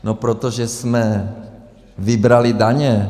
No protože jsme vybrali daně.